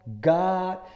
God